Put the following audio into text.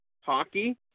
hockey